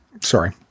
sorry